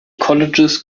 colleges